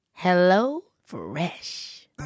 HelloFresh